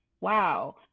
wow